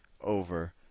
over